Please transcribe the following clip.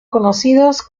conocidos